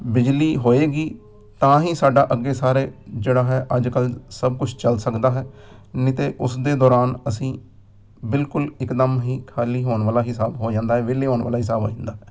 ਬਿਜਲੀ ਹੋਵੇਗੀ ਤਾਂ ਹੀ ਸਾਡਾ ਅੱਗੇ ਸਾਰੇ ਜਿਹੜਾ ਹੈ ਅੱਜ ਕੱਲ੍ਹ ਸਭ ਕੁਛ ਚੱਲ ਸਕਦਾ ਹੈ ਨਹੀਂ ਤਾਂ ਉਸ ਦੇ ਦੌਰਾਨ ਅਸੀਂ ਬਿਲਕੁਲ ਇਕਦਮ ਹੀ ਖਾਲੀ ਹੋਣ ਵਾਲਾ ਹਿਸਾਬ ਹੋ ਜਾਂਦਾ ਹੈ ਵਿਹਲੇ ਹੋਣ ਵਾਲਾ ਹਿਸਾਬ ਹੋ ਜਾਂਦਾ ਹੈ